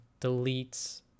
deletes